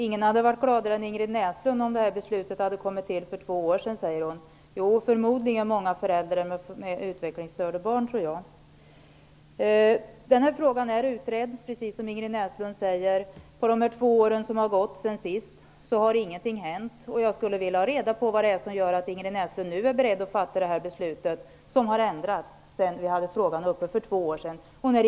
Herr talman! Ingrid Näslund säger att ingen hade varit gladare än hon om beslutet hade fattats för två år sedan. Jo, förmodligen många föräldrar med utvecklingsstörda barn. Precis som Ingrid Näslund säger är frågan utredd. Under de två år som har gått har ingenting hänt. Jag skulle vilja veta vad det är som gör att Ingrid Näslund nu är beredd att fatta beslutet -- som har ändrats sedan frågan var uppe till diskussion för två år sedan.